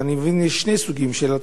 אני מבין שיש שני סוגים של התרופה,